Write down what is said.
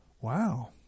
Wow